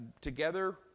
together